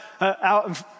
out